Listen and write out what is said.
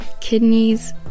kidneys